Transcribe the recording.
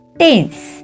tense